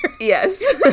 Yes